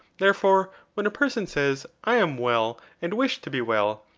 therefore, when person says, i am well and wish to be well,